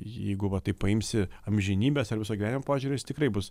jeigu va taip paimsi amžinybės ir viso gyvenimo požiūrį jis tikrai bus